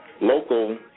local